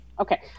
Okay